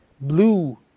Blue